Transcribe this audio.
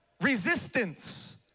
resistance